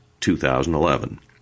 2011